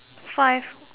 five